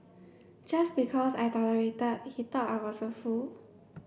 just because I tolerated he thought I was a fool